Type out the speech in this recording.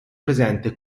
presenti